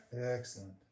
Excellent